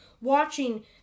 watching